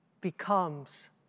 becomes